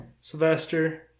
Sylvester